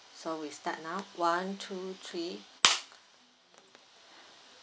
so we start now one two three